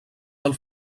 del